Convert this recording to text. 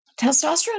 testosterone